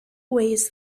weighs